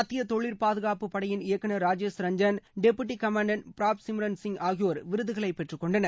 மத்திய தொழிற்பாதுகாப்பு படையின் இயக்குனர் ராஜேஷ் ரஞ்ஜன் டெப்டி காமன்டட் பிராப் சிம்ரன் சிங் ஆகியோர் விருதுகளை பெற்றுக் கொண்டனர்